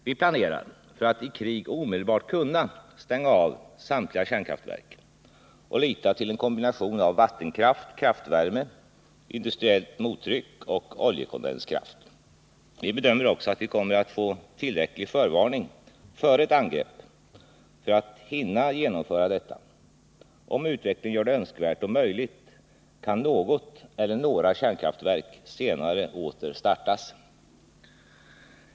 Vi planerar för att i krig omedelbart kunna stänga av samtliga kärnkraftverk och lita till en kombination av vattenkraft, kraftvärme, industriellt mottryck och oljekondenskraft. Vi bedömer också att vi kommer att få tillräcklig förvarning före ett angrepp för att hinna genomföra detta. Om utvecklingen gör det önskvärt och möjligt, kan något eller några kärnkraftverk senare åter startas.